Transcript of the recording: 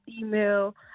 Email